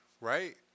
right